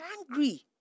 angry